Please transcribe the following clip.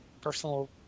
personal